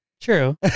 True